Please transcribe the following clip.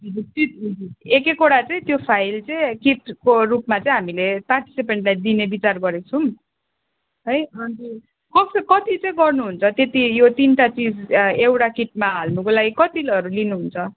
हजुर त्यति हुन्छ एक एकवटा चाहिँ त्यो फाइल चाहिँ किटको रूपमा चाहिँ हामीले पार्टिसिपेन्ट्सलाई दिने विचार गरेको छौँ है अन्त कस्तो कति चाहिँ गर्नुहुन्छ त्यति यो तिनवटा चिज एउटा किटमा हाल्नुको लागि कतिहरू लिनुहुन्छ